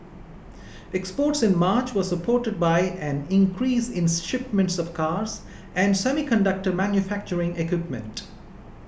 exports in March was supported by an increase in shipments of cars and semiconductor manufacturing equipment